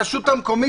הרשות המקומית,